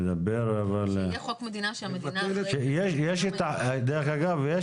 דרך אגב,